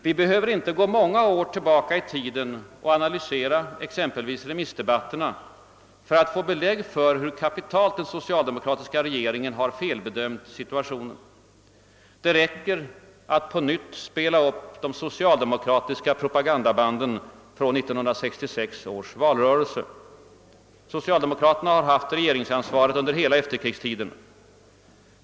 Vi behöver inte gå många år tillbaka i tiden och analysera remissdebatterna för att få belägg för hur kapitalt den socialdemokratiska regeringen har felbedömt situationen. Det räcker att på nytt spela upp de socialdemokratiska propagandabanden från 1966 års valrörelse. Socialdemokraterna har haft regeringsansvaret under hela efterkrigstiden.